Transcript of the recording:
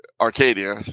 Arcadia